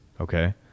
okay